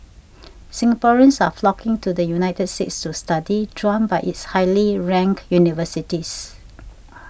Singaporeans are flocking to the United States to study drawn by its highly ranked universities